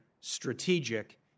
strategic